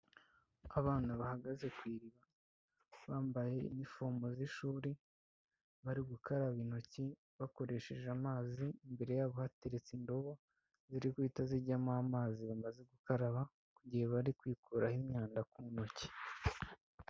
Abana bahagaze ku iriba bambaye inifomo z'ishuri, bari gukaraba intoki bakoresheje amazi, imbere yabo hateretse indobo ziri guhita zijyamo amazi bamaze gukaraba, mu gihe bari kwikuraho imyanda ku ntoki.